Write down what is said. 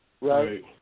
Right